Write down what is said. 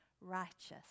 righteous